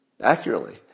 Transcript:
accurately